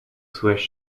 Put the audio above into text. swiss